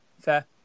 fair